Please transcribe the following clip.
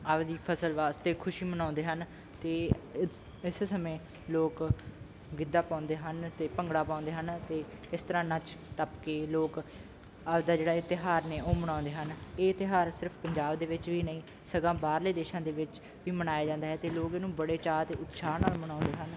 ਆਪਦੀ ਫਸਲ ਵਾਸਤੇ ਖੁਸ਼ੀ ਮਨਾਉਂਦੇ ਹਨ ਅਤੇ ਇਸ ਇਸੇ ਸਮੇਂ ਲੋਕ ਗਿੱਧਾ ਪਾਉਂਦੇ ਹਨ ਅਤੇ ਭੰਗੜਾ ਪਾਉਂਦੇ ਹਨ ਅਤੇ ਇਸ ਤਰ੍ਹਾਂ ਨੱਚ ਟੱਪ ਕੇ ਲੋਕ ਆਪਦਾ ਜਿਹੜਾ ਇਹ ਤਿਉਹਾਰ ਨੇ ਉਹ ਮਨਾਉਂਦੇ ਹਨ ਇਹ ਤਿਉਹਾਰ ਸਿਰਫ ਪੰਜਾਬ ਦੇ ਵਿੱਚ ਵੀ ਨਹੀਂ ਸਗੋਂ ਬਾਹਰਲੇ ਦੇਸ਼ਾਂ ਦੇ ਵਿੱਚ ਵੀ ਮਨਾਇਆ ਜਾਂਦਾ ਹੈ ਅਤੇ ਲੋਕ ਇਹਨੂੰ ਬੜੇ ਚਾਅ ਅਤੇ ਉਤਸ਼ਾਹ ਨਾਲ ਮਨਾਉਂਦੇ ਹਨ